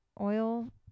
oil